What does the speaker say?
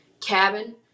cabin